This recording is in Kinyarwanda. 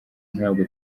ntabwo